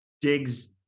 digs